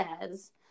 says